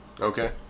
Okay